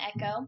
Echo